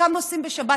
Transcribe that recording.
חלקם נוסעים בשבת,